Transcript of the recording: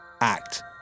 Act